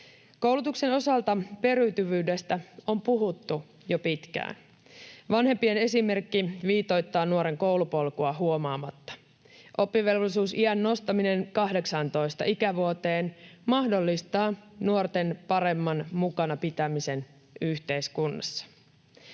Koulutuksen osalta periytyvyydestä on puhuttu jo pitkään. Vanhempien esimerkki viitoittaa nuoren koulupolkua huomaamatta. Oppivelvollisuusiän nostaminen 18 ikävuoteen mahdollistaa nuorten paremman mukana pitämisen yhteiskunnassa.